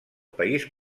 país